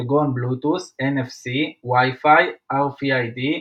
כגון בלוטות', Wi-Fi, NFC, RFID,